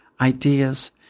ideas